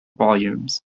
volumes